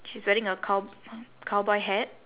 she's wearing a cow~ cowboy hat